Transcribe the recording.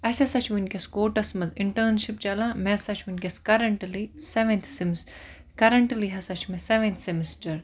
اَسہِ ہَسا چھ ونکٮ۪س کوٹَس مَنٛز اِنٹٲنشِپ چَلان مےٚ ہَسا چھ ونکٮ۪س کَرَنٹلی سیٚونتھ سیٚمس کَرَنٹلی ہَسا چھُ مےٚ سیٚونتھ سیٚمسٹَر